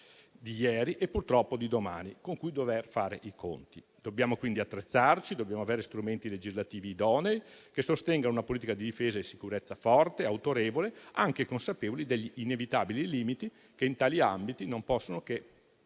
di ieri e purtroppo di domani con cui dover fare i conti. Dobbiamo quindi attrezzarci. Dobbiamo avere strumenti legislativi idonei, che sostengano una politica di difesa e sicurezza forte, autorevole, anche consapevoli degli inevitabili limiti che in tali ambiti non possono che